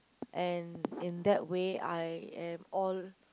and in that way I am all